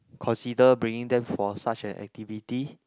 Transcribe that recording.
consider bringing them for such an activity